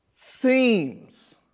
Seems